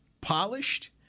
polished